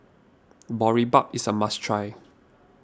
Boribap is a must try